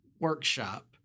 workshop